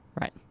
Right